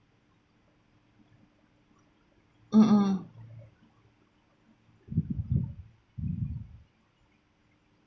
mm mm